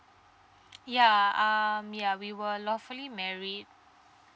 ya um ya we were lawfully married